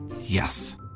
Yes